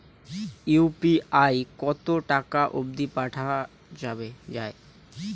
UPI কতো টাকা অব্দি পাঠা যায়?